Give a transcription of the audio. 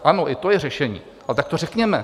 Ano, i to je řešení, ale tak to řekněme.